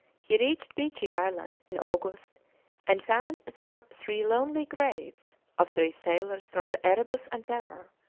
he reached beechey island in august and found there three lonely graves of three sailors from the erebus and terror.